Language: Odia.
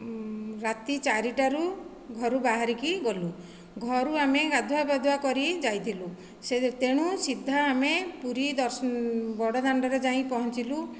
ରାତି ଚାରିଟାରୁ ଘରୁ ବାହାରିକି ଗଲୁ ଘରୁ ଆମେ ଗାଧୁଆ ପାଧୁଆ କରି ଯାଇଥିଲୁ ସେ ତେଣୁ ସିଧା ଆମେ ପୁରୀ ଦର୍ଶ ବଡ଼ଦାଣ୍ଡରେ ଯାଇ ପହଞ୍ଚିଲୁ